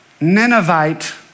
Ninevite